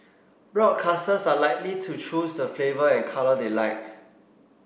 broadcasters are likely to choose the flavour and colour they like